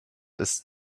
ist